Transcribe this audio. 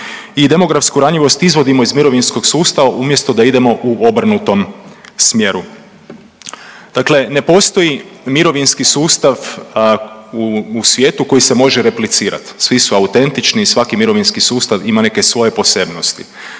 i demografsku ranjivost izvodimo iz mirovinskog sustava umjesto da idemo u obrnutom smjeru. Dakle, ne postoji mirovinski sustav u svijetu koji se može replicirati. Svi su autentični i svaki mirovinski sustav ima neke svoje posebnosti.